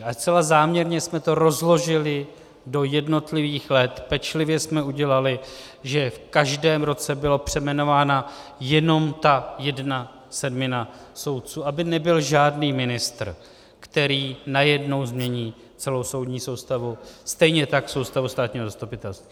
A zcela záměrně jsme to rozložili do jednotlivých let, pečlivě jsme udělali, že v každém roce byla přejmenována jenom ta jedna sedmina soudců, aby nebyl žádný ministr, který najednou změní celou soudní soustavu, stejně tak soustavu státního zastupitelství.